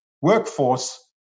workforce